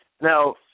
Now